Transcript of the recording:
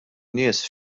nies